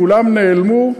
כולם נעלמו,